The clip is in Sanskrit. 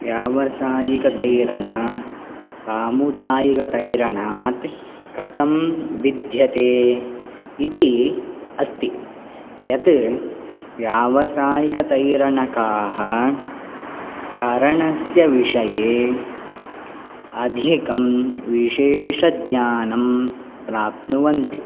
व्यावसायिकतैरणा सामुदायिकतैरणात् कथं भिद्यते इति अस्ति यत् व्यावसायिकतरणकाः तरणस्य विषये अधिकं विशेषज्ञानं प्राप्नुवन्ति